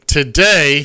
Today